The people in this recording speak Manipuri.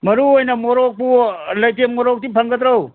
ꯃꯔꯨ ꯑꯣꯏꯅ ꯃꯣꯔꯣꯛꯄꯨ ꯂꯩꯇꯦ ꯃꯣꯔꯣꯛꯇꯤ ꯐꯪꯒꯗ꯭ꯔꯣ